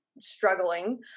struggling